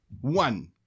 one